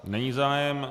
Není zájem.